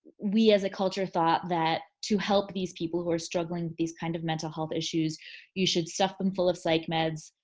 we as a culture thought that to help these people who are struggling with these kind of mental health issues you should stop them full of psych meds.